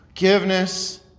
forgiveness